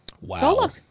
wow